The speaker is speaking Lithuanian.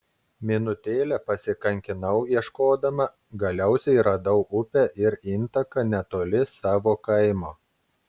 minutėlę pasikankinau ieškodama galiausiai radau upę ir intaką netoli savo kaimo